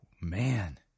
Man